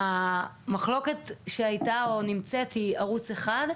המחלוקת שהייתה, או נמצאת, היא ערוץ אחד.